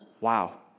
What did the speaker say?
Wow